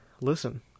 listen